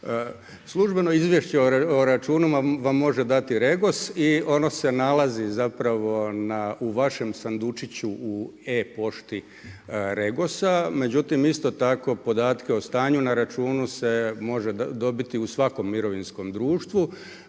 Službeno izvješće o računu vam može dati REGOS i ono se nalazi u vašem sandučiću u e-pošti REGOS-a, međutim isto tako podatke o stanju na računu se može dobiti u svakom mirovinskom društvu.